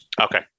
Okay